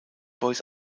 boys